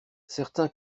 certain